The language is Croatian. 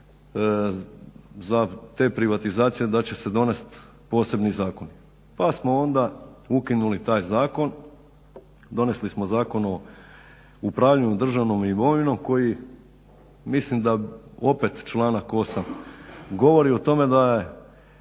za te privatizacije da će se donest posebni zakoni. Pa smo onda ukinuli taj zakon. Donijeli smo Zakon o upravljanju državnom imovinom koji mislim da opet članak 8. govori o tome da